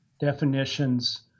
definitions